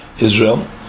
Israel